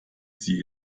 sie